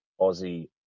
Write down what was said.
Aussie